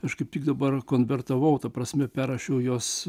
aš kaip tik dabar konvertavau ta prasme perrašiau jos